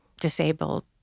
disabled